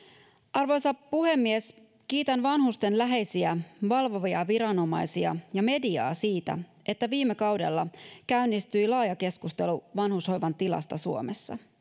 arvoisa puhemies kiitän vanhusten läheisiä valvovia viranomaisia ja mediaa siitä että viime kaudella käynnistyi laaja keskustelu vanhushoivan tilasta suomessa